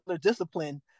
discipline